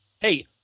Hey